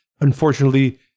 unfortunately